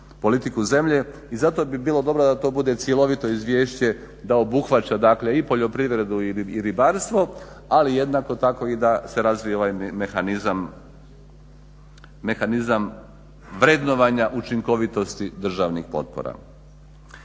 politiku zemlje. I zato bi bilo dobro da to bude cjelovito izvješće da obuhvaća i poljoprivredu i ribarstvo ali jednako tako i da se razvija ovaj mehanizam vrednovanja učinkovitosti državnih potpora.